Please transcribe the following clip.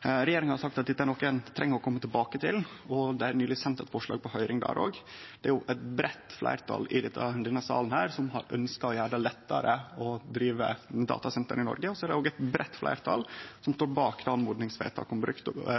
Regjeringa har sagt at dette er noko ein treng å kome tilbake til, og eit forslag er nyleg sendt på høyring. Eit breitt fleirtal i denne salen har ynskt å gjere det lettare å drive datasenter i Noreg, og eit breitt fleirtal står bak oppmodingsvedtaket om